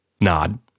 Nod